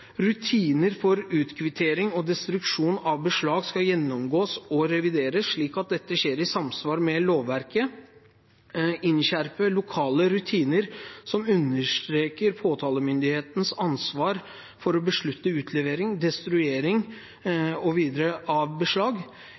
Rutiner for utkvittering og destruksjon av beslag skal gjennomgås og revideres, slik at dette skjer i samsvar med lovverket. Innskjerpe lokale rutiner som understreker påtalemyndighetens ansvar for å beslutte utlevering og destruering mv. av beslag.